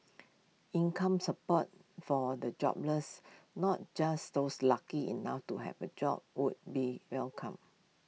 income support for the jobless not just those lucky enough to have A job would be welcome